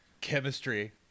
chemistry